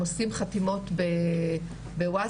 הם עושים חתימות בווטסאפ,